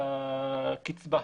לגבי הקצבה.